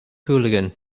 hooligan